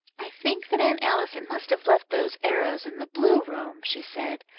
i think that aunt allison must have left those arrows in the blue room, she said,